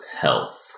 health